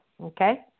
Okay